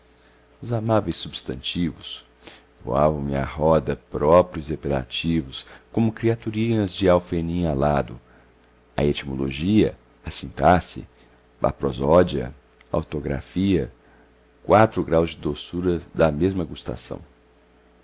os amáveis substantivos voavam me à roda próprios e apelativos como criaturinhas de alfenim alado a etimologia a sintaxe a prosódia a ortografia quatro graus de doçura da mesma gustação